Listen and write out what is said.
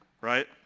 right